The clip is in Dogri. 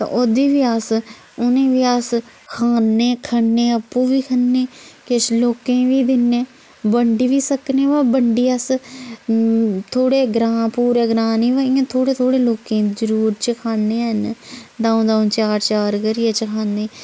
ओह्दी बी अस उनें बी अस खाने खन्ने आपूं बी खन्ने किश लोकें बी दिन्ने बंडी बी सकने पर बंडी अस थोह्ड़े ग्रांऽ पूरे ग्रांऽ नी पर इ'यां थोह्ड़े थोह्ड़े लोकें गी ज़रूर चखाने हैन द'ऊं द'ऊं चार चार करियै चखान्ने